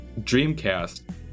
dreamcast